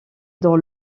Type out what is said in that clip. dans